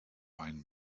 einen